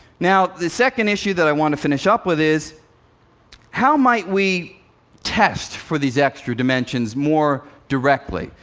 now, the second issue that i want to finish up with is how might we test for these extra dimensions more directly?